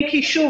אם כי שוב,